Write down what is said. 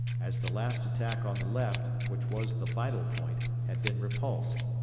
as the last attack on the left, which was the vital point, had been repulsed.